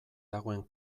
dagoen